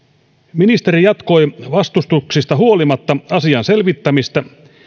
ministeri jatkoi vastustuksista huolimatta asian selvittämistä